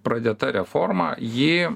pradėta reforma ji